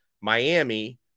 Miami